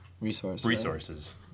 resources